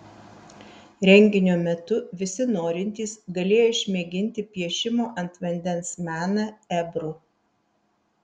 renginio metu visi norintys galėjo išmėginti piešimo ant vandens meną ebru